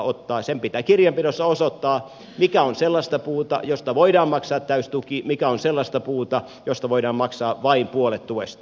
sen pitää kirjanpidossa osoittaa mikä on sellaista puuta josta voidaan maksaa täysi tuki mikä on sellaista puuta josta voidaan maksaa vain puolet tuesta